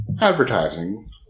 advertising